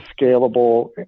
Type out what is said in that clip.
scalable